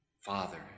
father